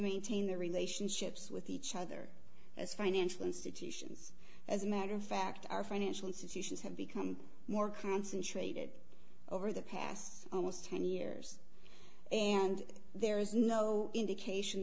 maintain their relationships with each other as financial institutions as a matter of fact our financial institutions have become more concentrated over the past almost ten years and there is no indication